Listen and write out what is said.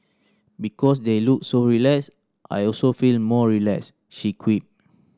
because they look so relaxed I also feel more relaxed she quipped